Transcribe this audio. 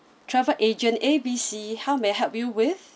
travel agent A B C how may I help you with